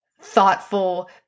thoughtful